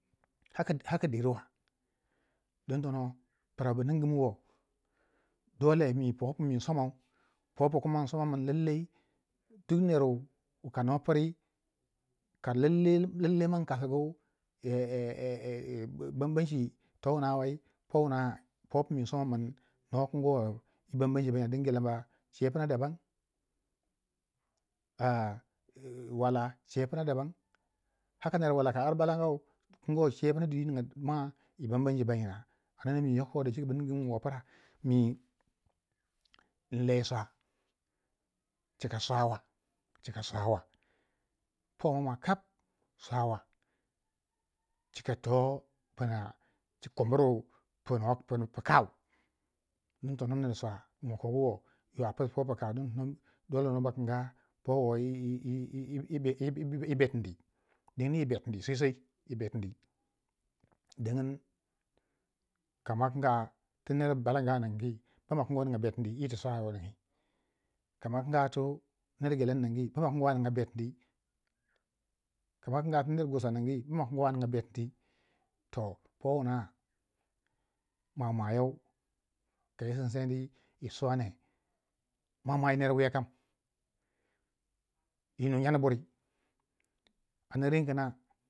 haka derwa don tono pra wubu ningin wo dole po pu mi insomau po pu kuma insoma min lallai duk ner wu kano prii ka lallai man kasugu bambanci to wuna wei po wuna po pu mi insom kin no kingo yi bambanci bbaina dingin gelemba ce pma daban, wala ce pma dabam, haka ka ner wala arr balaangau kingo ce pma dabam ce pna dwi ninga mwa yi bambanci banyina ammana mi dacike bu ningu mu wo pra mi nle saw cika swa wa cika swa wa po mwamwa kap cika toh pna kumburu pu kau ding tono ner swau wu ma kogu wo yo a pisiu po pu dole no ba kinga powo yi betindi dingini yi betindi sosai, dingin kama kinga tu ner balanga ningwiu bama kingo a ninga betini yiti swawa ningoi, kama kinga tu ner Gelengu nigui bama kungoi a ninga betini, kama kinga ti ner gursa ningiy bama kingo a ninga betini to powuna mwamwa yow kai sinseni yi swa wani mwa mwa yi ner wiya kam yinu nyan buri pern kuna